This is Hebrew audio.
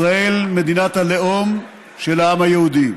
ישראל, מדינת הלאום של העם היהודי.